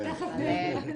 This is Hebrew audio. קודם כל,